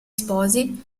sposi